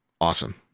Awesome